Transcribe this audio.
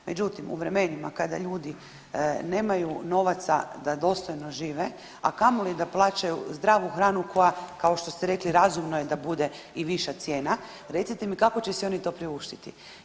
Međutim, u vremenima kada ljudi nemaju novaca da dostojno žive, a kamoli da plaćaju zdravu hranu koja, kao što ste rekli, razumno je da bude i viša cijena, recite mi, kako će si oni to priuštiti?